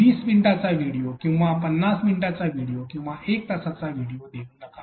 20 मिनिटांचा व्हिडिओ किंवा 50 मिनिटांचा व्हिडिओ किंवा 1 तासचा व्हिडिओ देऊ नका